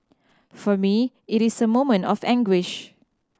for me it is a moment of anguish